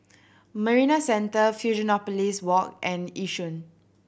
Marina Centre Fusionopolis Walk and Yishun